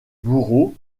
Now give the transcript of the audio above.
bourreau